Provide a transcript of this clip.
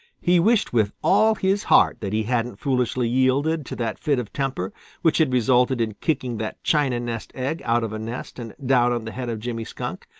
he wished with all his heart that he hadn't foolishly yielded to that fit of temper which had resulted in kicking that china nest-egg out of a nest and down on the head of jimmy skunk,